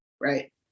right